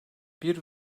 bir